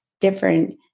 different